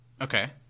Okay